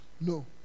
No